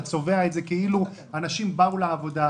אתה צובע את זה כאילו אנשים באו לעבודה.